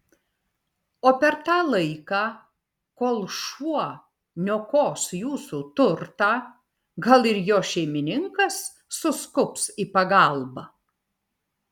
o per tą laiką kol šuo niokos jūsų turtą gal ir jo šeimininkas suskubs į pagalbą